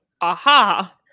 aha